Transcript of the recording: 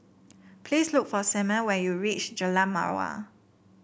please look for Selmer when you reach Jalan Mawar